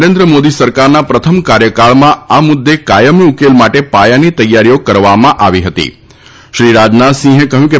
નરેન્દ્ર મોદી સરકારના પ્રથમ કાર્યકાળમાં આ મુદ્દે કાયમી ઉકેલ માટે પાયાની તૈયારીઓ કરવામાં આવી હતીશ્રી રાજનાથસિંહે કહ્યું કે